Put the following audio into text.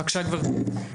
בבקשה גברתי.